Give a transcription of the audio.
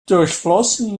durchflossen